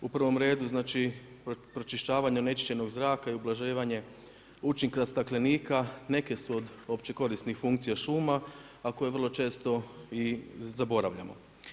U prvom redu pročišćavanje onečišćenog zraka i ublaživanje učinka staklenika neke su od opće korisnih funkcija šuma, a koje vrlo često i zaboravljamo.